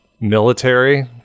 military